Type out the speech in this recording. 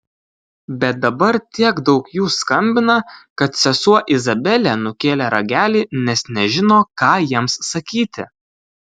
bet dabar tiek daug jų skambina kad sesuo izabelė nukėlė ragelį nes nežino ką jiems sakyti